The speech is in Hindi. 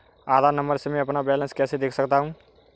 आधार नंबर से मैं अपना बैलेंस कैसे देख सकता हूँ?